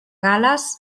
gal·les